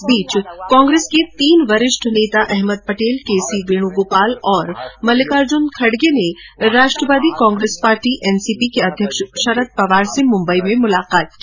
इस बीच कांग्रेस के तीन वरिष्ठ नेता अहमद केसी वेणुगोपाल और मलिकार्जुन खड़गे ने राष्ट्रवादी कांग्रेस पार्टी एनसीपी के अध्यक्ष पटेल शरद पवार से मुम्बई में मुलाकात की